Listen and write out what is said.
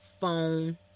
phone